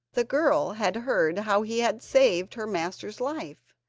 the girl had heard how he had saved her master's life,